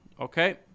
Okay